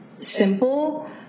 Simple